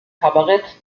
kabarett